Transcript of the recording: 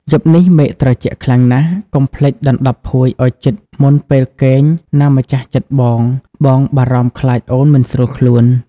យប់នេះមេឃត្រជាក់ខ្លាំងណាស់ កុំភ្លេចដណ្តប់ភួយឱ្យជិតមុនពេលគេងណាម្ចាស់ចិត្តបង បងបារម្ភខ្លាចអូនមិនស្រួលខ្លួន។